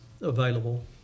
available